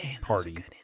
party